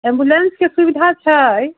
ambulance के सुबिधा छै